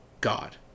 God